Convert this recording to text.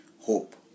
hope